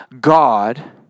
God